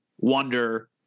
wonder